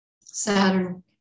Saturn